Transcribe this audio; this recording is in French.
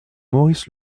maurice